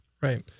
Right